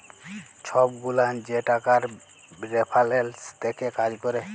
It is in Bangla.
ছব গুলান যে টাকার রেফারেলস দ্যাখে কাজ ক্যরে